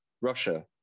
Russia